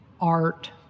art